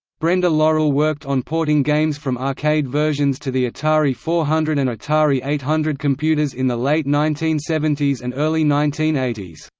brenda laurel worked on porting games from arcade versions to the atari four hundred and atari eight hundred computers in the late nineteen seventy s and early nineteen eighty s.